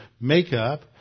makeup